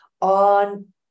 on